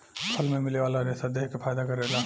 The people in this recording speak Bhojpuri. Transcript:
फल मे मिले वाला रेसा देह के फायदा करेला